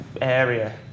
area